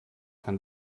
kann